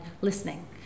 listening